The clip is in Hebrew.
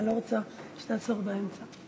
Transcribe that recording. ואני לא רוצה שתעצור באמצע.